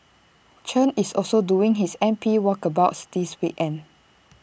Chen is also doing his M P walkabouts this weekend